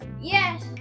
Yes